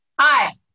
hi